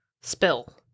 spill